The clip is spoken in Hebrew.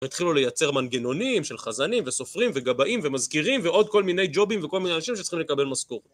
התחילו לייצר מנגנונים של חזנים וסופרים וגבאים ומזכירים ועוד כל מיני ג'ובים וכל מיני אנשים שצריכים לקבל משכורת.